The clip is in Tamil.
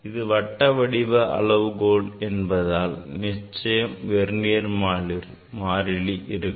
இது வட்டவடிவ அளவுகோல் என்பதால் நிச்சயம் வெர்னியர் மாறிலி இருக்கும்